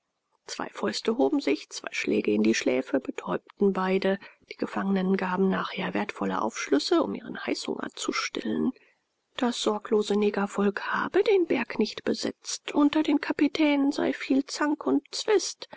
zwei fäuste hoben sich zwei schläge in die schläfe betäubten beide die gefangenen gaben nachher wertvolle aufschlüsse um ihren heißhunger zu stillen das sorglose negervolk habe den berg nicht besetzt unter den kapitänen sei viel zank und zwist